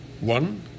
one